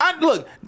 Look